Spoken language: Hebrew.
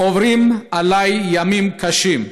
עוברים עליי ימים קשים.